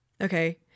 Okay